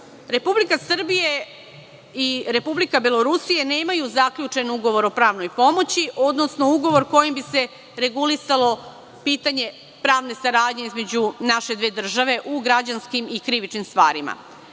Srbija i Republika Belorusija nemaju zaključen ugovor o pravnoj pomoći, odnosno ugovor kojim bi se regulisalo pitanje pravne saradnje između naše dve države u građanskim i krivičnim stvarima.